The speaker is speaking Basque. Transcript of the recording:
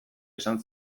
esan